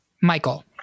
Michael